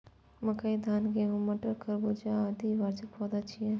मकई, धान, गहूम, मटर, तरबूज, आदि वार्षिक पौधा छियै